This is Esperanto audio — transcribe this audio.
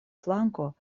flanko